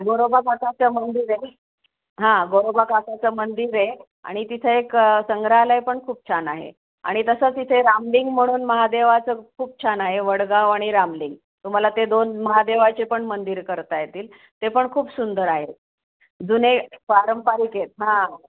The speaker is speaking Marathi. गोरोबाकाकाचं मंदिर आहे हां गोरोबाकाकांचं मंदिर आहे आणि तिथं एक संग्रहालय पण खूप छान आहे आणि तसंच इथे रामलिंग म्हणून महादेवाचं खूप छान आहे वडगाव आणि रामलिंग तुम्हाला ते दोन महादेवाचे पण मंदिर करता येतील ते पण खूप सुंदर आहे जुने पारंपरिक आहेत हां